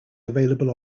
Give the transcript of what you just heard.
available